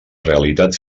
realitat